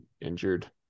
injured